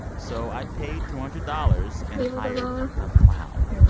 so i paid two hundred dollars and hired a clown.